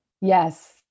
Yes